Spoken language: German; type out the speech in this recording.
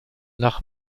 nach